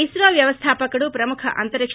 ఇన్రో వ్యవస్లాపకుడు ప్రముఖ అంతరిక